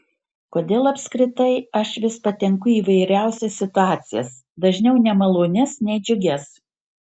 kodėl apskritai aš vis patenku į įvairiausias situacijas dažniau nemalonias nei džiugias